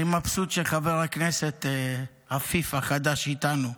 אני מבסוט שחבר הכנסת עפיף, החדש, איתנו,